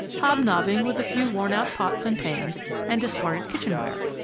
hobnobbing with a few worn-out pots and pans and discarded kitchen-ware!